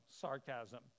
sarcasm